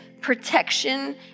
protection